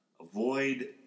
avoid